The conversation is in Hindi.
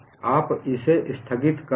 आप इसे स्थगित कर दें